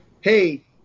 hey